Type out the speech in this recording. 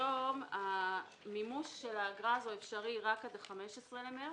היום המימוש של האגרה הזאת אפשרי רק עד 15 במרס.